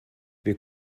wir